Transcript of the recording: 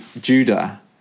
Judah